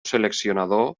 seleccionador